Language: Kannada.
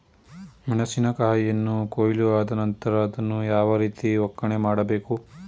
ಮೆಣಸಿನ ಕಾಯಿಯನ್ನು ಕೊಯ್ಲು ಆದ ನಂತರ ಅದನ್ನು ಯಾವ ರೀತಿ ಒಕ್ಕಣೆ ಮಾಡಬೇಕು?